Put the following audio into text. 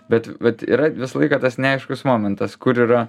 bet bet yra visą laiką tas neaiškus momentas kur yra